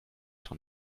von